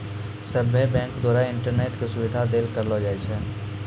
सभ्भे बैंको द्वारा इंटरनेट के सुविधा देल करलो जाय छै